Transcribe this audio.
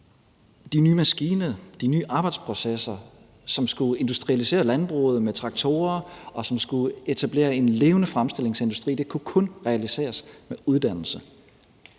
de nye maskiner, de nye arbejdsprocesser, som skulle industrialisere landbruget med traktorer, og som skulle etablere en levende fremstillingsindustri, ikke realiseres; det kunne